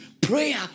prayer